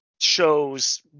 shows